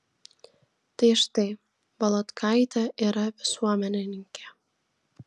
tai štai volodkaitė yra visuomenininkė